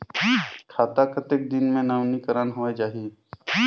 खाता कतेक दिन मे नवीनीकरण होए जाहि??